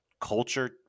culture